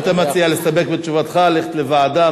מה אתה מציע, להסתפק בתשובתך, ללכת לוועדה?